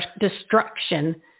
destruction